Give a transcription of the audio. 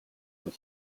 бол